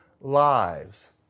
lives